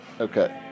Okay